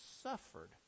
suffered